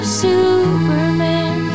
superman